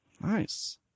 Nice